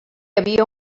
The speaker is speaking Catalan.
havia